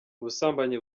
ubusambanyi